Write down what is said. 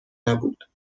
نبود